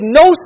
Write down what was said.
no